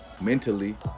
mentally